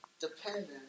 dependent